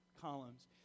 columns